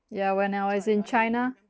yeah when I was in china